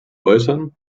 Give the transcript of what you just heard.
äußern